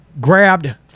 grabbed